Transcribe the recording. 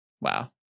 wow